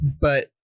but-